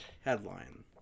headline